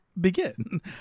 begin